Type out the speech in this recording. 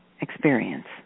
experience